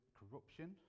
corruption